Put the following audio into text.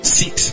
six